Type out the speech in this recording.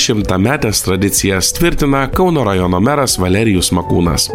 šimtametes tradicijas tvirtina kauno rajono meras valerijus makūnas